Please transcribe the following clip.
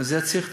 זה צריך טיפול.